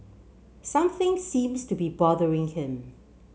something seems to be bothering him